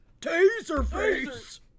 Taserface